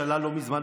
שעלה לא מזמן,